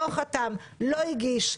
לא חתם, לא הגיש.